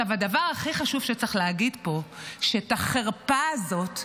הדבר הכי חשוב שצריך להגיד פה הוא שאת החרפה הזאת,